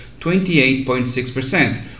28.6%